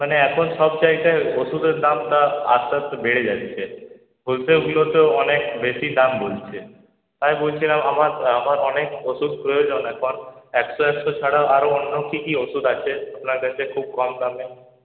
মানে এখন সব জায়গায় ওষুধের দামটা আস্তে আস্তে বেড়ে যাচ্ছে হোলসেলগুলোতেও অনেক বেশি দাম বলছে তাই বলছিলাম আমার আমার অনেক ওষুধ প্রয়োজন এখন একশো একশো ছাড়াও আরও অন্য কি কি ওষুধ আছে আপনার কাছে খুব কম দামে